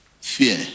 fear